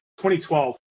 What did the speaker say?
2012